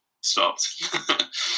stopped